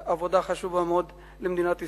עבודה חשובה מאוד למדינת ישראל.